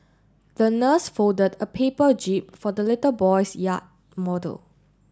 the nurse folded a paper jib for the little boy's yacht model